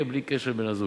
בלי קשר לבן-הזוג.